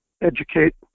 educate